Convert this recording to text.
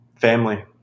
family